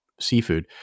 seafood